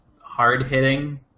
hard-hitting